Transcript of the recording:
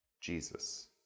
Jesus